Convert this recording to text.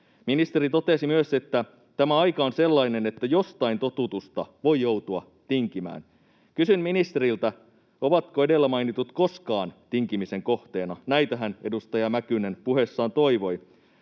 Ministeri totesi myös, että tämä aika on sellainen, että jostain totutusta voi joutua tinkimään. Kysyn ministeriltä: ovatko edellä mainitut koskaan tinkimisen kohteena? Näitähän edustaja Mäkynen puheessaan toivoi.